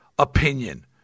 opinion